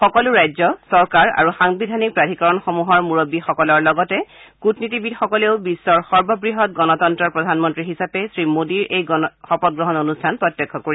সকলো ৰাজ্য চৰকাৰ আৰু সাংবিধানিক প্ৰাধীকৰণসমূহৰ মুৰববীসকলৰ লগতে কুটনীতিবিদসকলেও বিশ্বৰ সৰ্ববৃহৎ গণতন্ত্ৰৰ প্ৰধানমন্ত্ৰী হিচাপে শ্ৰীমোডীৰ এই শপতগ্ৰহণ অনুষ্ঠান প্ৰত্যক্ষ কৰিব